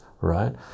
right